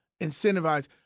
incentivize